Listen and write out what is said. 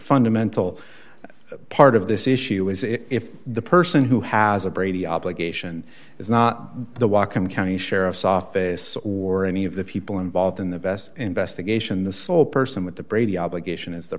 fundamental part of this issue is if the person who has a brady obligation is not the wacom county sheriff's office or any of the people involved in the best investigation the sole person with the brady obligation is the